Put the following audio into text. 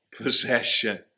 possession